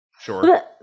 Sure